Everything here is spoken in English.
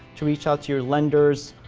to reach out to your lenders,